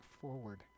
forward